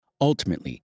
Ultimately